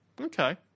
Okay